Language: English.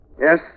Yes